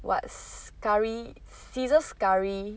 what's curry scissors curry